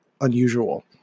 unusual